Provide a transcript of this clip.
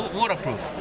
waterproof